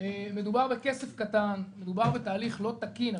מדובר בכסף קטן, מדובר בתהליך לא תקין.